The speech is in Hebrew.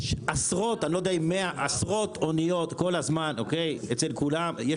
יש עשרות אוניות כל הזמן אצל כולם.